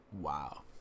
Wow